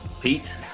Pete